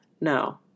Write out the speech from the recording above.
no